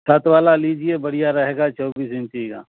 چھت والا لیجیے برھیا رہے گا چوبیس انچی کا